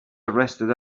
arrested